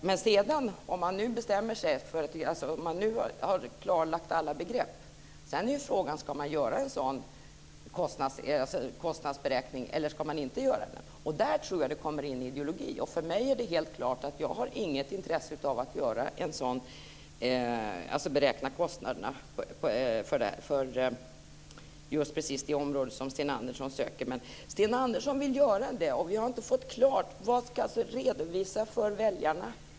Men om man har klarlagt alla dessa begrepp är ju ändå frågan om man ska göra en sådan kostnadsberäkning eller inte. Där tror jag att det kommer in ideologi. För mig är det helt klart att jag inte har något intresse av att göra en sådan undersökning, alltså beräkna kostnaderna för just precis det område som Sten Andersson söker svar på. Men Sten Andersson vill göra det, och vi har inte fått allt klart för oss. Den ska alltså redovisas för väljarna.